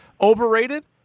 Overrated